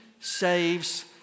saves